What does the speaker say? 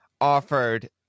offered